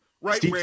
Right